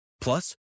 Plus